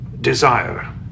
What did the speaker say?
desire